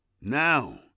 now